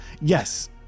Yes